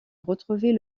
retrouver